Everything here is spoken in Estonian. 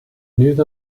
nüüd